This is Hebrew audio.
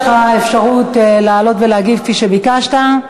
יש לך אפשרות לעלות ולהגיב כפי שביקשת.